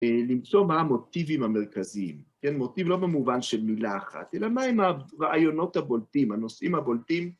‫למצוא מה המוטיבים המרכזיים, ‫כן, מוטיב לא במובן של מילה אחת, ‫אלא מהם הרעיונות הבולטים, ‫הנושאים הבולטים.